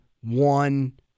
one